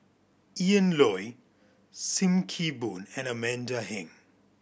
Ian Loy Sim Kee Boon and Amanda Heng